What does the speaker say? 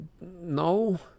no